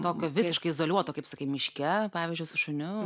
tokio visiškai izoliuoto kaip sakai miške pavyzdžiui su šuniu